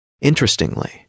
Interestingly